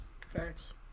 Thanks